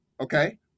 Okay